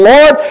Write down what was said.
Lord